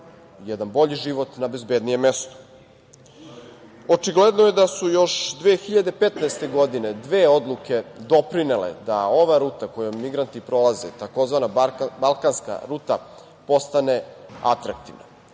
jedan bolji život na bezbednijem mestu. Očigledno je da su još 2015. godine dve odluke doprinele da ova ruta kojom migranti prolaze, takozvana balkanska ruta, postane atraktivna.